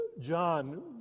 John